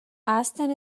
ahazten